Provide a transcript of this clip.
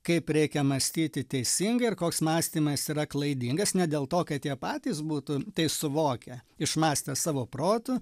kaip reikia mąstyti teisingai ir koks mąstymas yra klaidingas ne dėl to kad jie patys būtų tai suvokę išmąstę savo protu